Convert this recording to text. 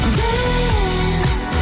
dance